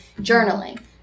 journaling